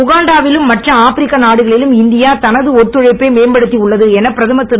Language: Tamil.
உகாண்டாவிலும் மற்ற ஆப்பிரிக்க நாடுகளிலும் இந்தியா தனது ஒத்துழைப்பை மேம்படுத்தி உள்ளது என பிரதமர் திரு